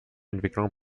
entwicklung